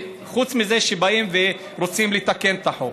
חוץ מזה שבאים ורוצים לתקן את החוק.